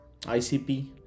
ICP